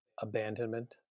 abandonment